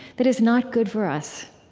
that is not good for us.